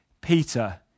Peter